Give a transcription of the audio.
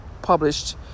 Published